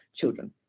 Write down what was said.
children